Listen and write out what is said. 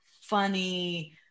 funny